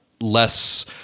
less